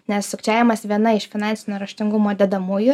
nes sukčiavimas viena iš finansinio raštingumo dedamųjų